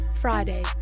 Friday